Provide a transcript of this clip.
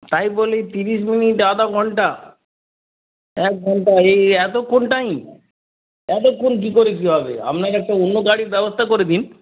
তাই বলে তিরিশ মিনিট আধা ঘন্টা এক ঘন্টা এই এতক্ষণ টাইম এতক্ষণ কী করে কী হবে আপনাকে একটা অন্য গাড়ির ব্যবস্থা করে দিন